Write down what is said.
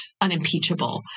unimpeachable